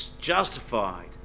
justified